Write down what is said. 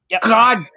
god